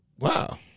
Wow